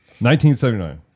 1979